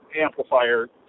amplifier